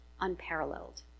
unparalleled